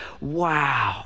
wow